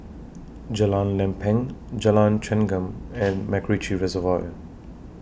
Jalan Lempeng Jalan Chengam and Macritchie Reservoir